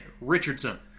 Richardson